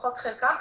לפחות חלקם.